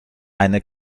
eine